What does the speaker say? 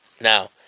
Now